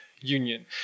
Union